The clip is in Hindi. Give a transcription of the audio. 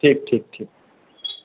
ठीक ठीक ठीक